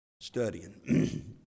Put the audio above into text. studying